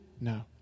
no